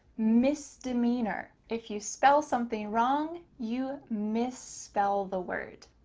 misdemeanor. if you spell something wrong, you misspell the word.